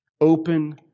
Open